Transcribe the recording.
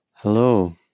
Hello